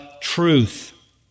truth